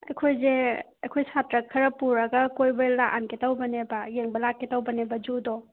ꯑꯩꯈꯣꯏꯁꯦ ꯑꯩꯈꯣꯏ ꯁꯥꯇ꯭ꯔ ꯈꯔ ꯄꯨꯔꯒ ꯀꯣꯏꯕ ꯂꯥꯛꯍꯟꯒꯦ ꯇꯧꯕꯅꯦꯕ ꯌꯦꯡꯕ ꯂꯥꯛꯀꯦ ꯇꯧꯕꯅꯦꯕ ꯖꯨꯗꯣ